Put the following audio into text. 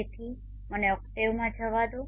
તેથી ચાલો મને ઓક્ટેવમાં જવા દો